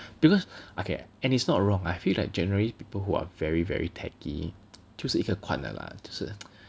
because okay and it's not wrong I feel like generally people who are very very techy 就是一个 kuan 的啦就是